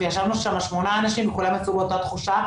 וישבנו שם שמונה אנשים וכולם יצאו באותה תחושה,